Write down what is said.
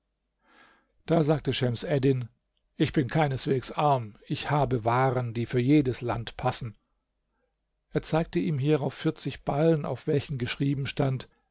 da sagte schems eddin ich bin keineswegs arm ich habe waren die für jedes land passen er zeigte ihm hierauf vierzig ballen auf welchen geschrieben stand